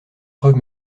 preuve